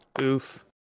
Oof